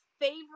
favorite